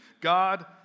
God